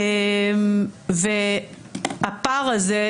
והפער הזה,